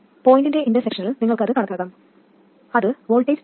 പോയിന്റിന്റെ ഇന്റർസെക്ഷനിൽ നിങ്ങൾക്ക് അത് കണക്കാക്കാം അത് വോൾട്ടേജ് 2